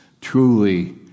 truly